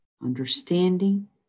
understanding